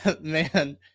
man